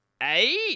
eight